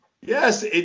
Yes